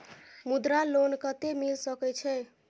मुद्रा लोन कत्ते मिल सके छै?